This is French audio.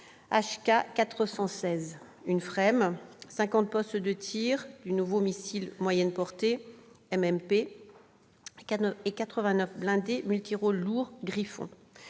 ou FREMM, 50 postes de tir du nouveau missile moyenne portée, ou MMP, et 89 blindés multirôles lourds Griffon.